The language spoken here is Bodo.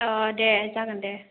अह दे जागोन दे